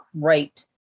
great